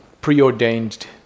preordained